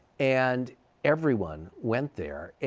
and everyone went there.